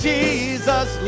Jesus